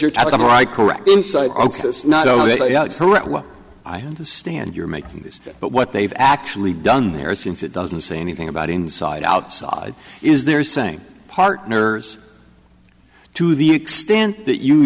yeah i understand you're making this but what they've actually done there since it doesn't say anything about inside outside is they're saying partners to the extent that you